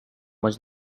was